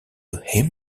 him